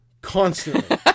constantly